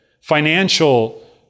financial